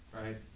right